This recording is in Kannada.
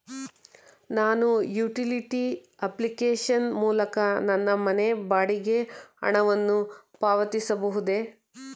ನಾನು ಯುಟಿಲಿಟಿ ಅಪ್ಲಿಕೇಶನ್ ಮೂಲಕ ನನ್ನ ಮನೆ ಬಾಡಿಗೆ ಹಣವನ್ನು ಪಾವತಿಸಬಹುದೇ?